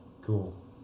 Cool